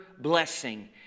blessing